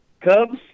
Cubs